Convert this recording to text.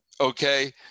okay